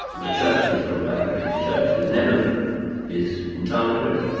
the churches look like british churches, and everything is entirely british.